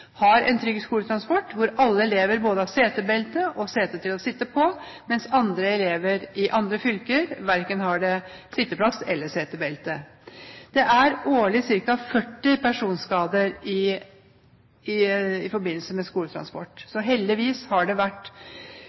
har en trygg skoletransport hvor alle elever har både sete og setebelte, mens andre elever i andre fylker verken har sitteplass eller setebelte. Det er årlig ca. 40 personskader i forbindelse med skoletransport. Heldigvis har det så langt vært